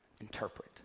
Interpret